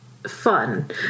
fun